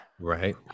Right